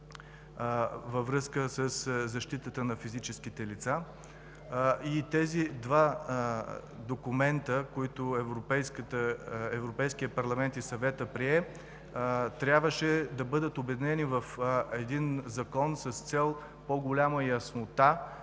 във връзка с защитата на физическите лица. Тези два документа, които Европейският парламент и Съветът приеха, трябваше да бъдат обединени в един закон с цел по-голяма яснота